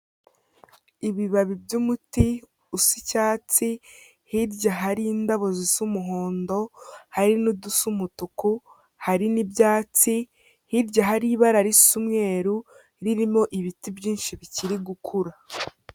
Ibibabi by'umuti usa icyatsi hirya hari indabo zisa umuhondo hari n'udusa umutuku hari n'ibyatsi, hirya hari ibara risa umweru ririmo ibiti byinshi bikiri gukura.